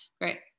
Great